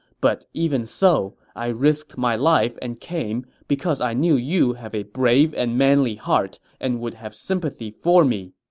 but even so, i risked my life and came because i knew you have a brave and manly heart and would have sympathy for me.